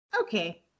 Okay